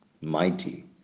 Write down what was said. mighty